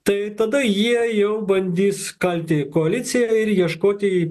tai tada jie jau bandys kalti koaliciją ir ieškoti